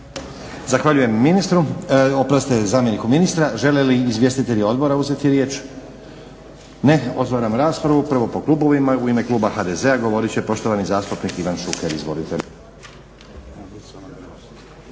Zahvaljujem ministru, oprostite zamjeniku ministra. Žele li izvjestitelji odbora uzeti riječ? Ne. Otvaram raspravu. Prvo po klubovima. U ime kluba HDZ-a govorit će poštovani zastupnik Ivan Šuker, izvolite.